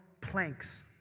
planks